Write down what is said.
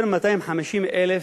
יותר מ-250,000